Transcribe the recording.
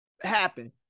happen